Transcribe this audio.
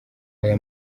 aya